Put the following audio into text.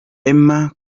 emma